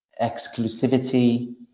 exclusivity